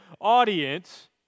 audience